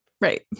Right